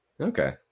Okay